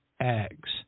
eggs